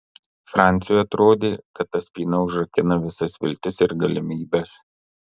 franciui atrodė kad ta spyna užrakina visas viltis ir galimybes